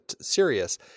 serious